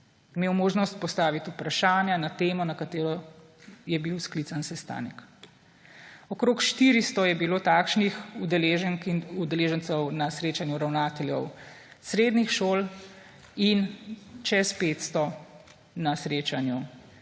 imel možnost postaviti vprašanja na temo, na katero je bil sklican sestanek. Okrog 400 je bilo takšnih udeleženk in udeležencev na srečanju ravnateljev srednjih šol in čez 500 na srečanju